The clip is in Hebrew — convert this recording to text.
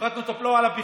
הפחתנו את הבלו על הפחם,